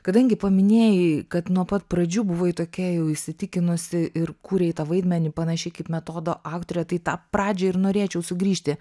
kadangi paminėjai kad nuo pat pradžių buvai tokia jau įsitikinusi ir kūrei tą vaidmenį panašiai kaip metodo aktorė tai į tą pradžią ir norėčiau sugrįžti